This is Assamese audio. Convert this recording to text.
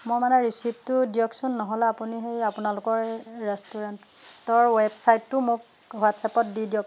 মই মানে ৰিচিপটো দিয়কচোন নহ'লে আপুনি সেই আপোনালোকৰ ৰেষ্টুৰেণ্টৰ ৱেবছাইটটো মোক হোৱাটছএপত দি দিয়ক